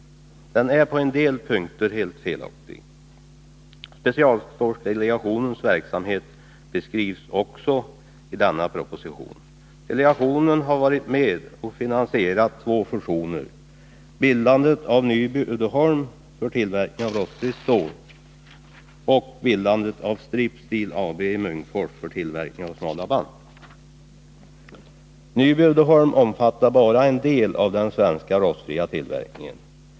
Den är på en del punkter helt felaktig. Specialstålsdelegationens verksamhet beskrivs också i denna proposition. Delegationen har varit med och finansierat två fusioner: bildandet av Nyby Uddeholm AB för tillverkning av rostfritt stål och bildandet av Strip Steel AB i Munkfors för tillverkning av smala band. Nyby Uddeholm AB har bara en del av den svenska rostfritillverkningen.